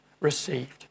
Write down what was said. received